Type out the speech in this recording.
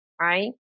right